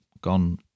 gone